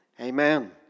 amen